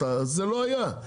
זה לא היה.